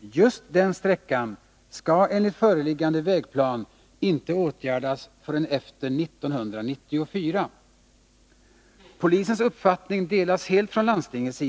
Men just den sträckan skall enligt föreliggande vägplan inte åtgärdas förrän efter 1994. Polisens uppfattning delas helt av landstinget.